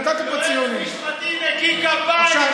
אנחנו בתקופה משברית מאוד לממשלה,